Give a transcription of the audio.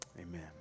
Amen